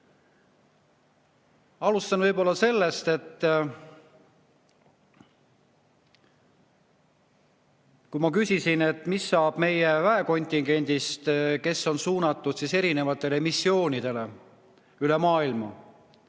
Alustan sellest, kui ma küsisin, mis saab meie väekontingendist, kes on suunatud erinevatele missioonidele üle maailma.